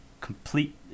complete